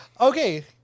Okay